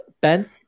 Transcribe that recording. Ben